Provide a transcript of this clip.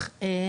צריך להיות.